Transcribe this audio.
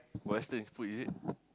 western food is it